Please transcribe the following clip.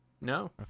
No